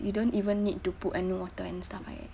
you don't even need to put any water and stuff like that